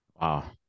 Wow